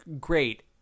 great